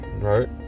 right